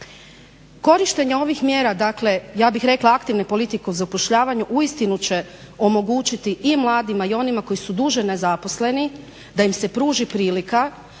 Korištenje ovih mjera, dakle, ja bih rekla aktivne politike u zapošljavanju uistinu će omogućiti i mladima i onima koji su duže nezaposleni da im se pruži prilika,